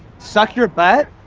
suck your butt?